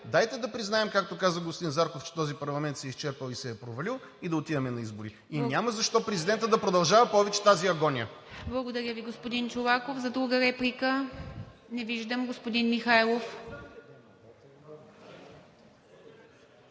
дайте да признаем, както каза господин Зарков, че този парламент се е изчерпал, се е провалил и да отиваме на избори. И няма защо президентът да продължава повече тази агония. ПРЕДСЕДАТЕЛ ИВА МИТЕВА: Благодаря Ви, господин Чолаков. За друга реплика? Не виждам. Господин Михайлов?